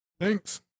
Thanks